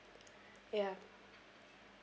ya